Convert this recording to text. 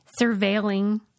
surveilling